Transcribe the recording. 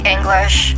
English